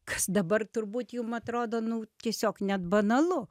kas dabar turbūt jum atrodo nu tiesiog net banalu